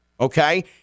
okay